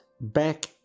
back